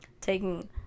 taking